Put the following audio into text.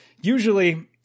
Usually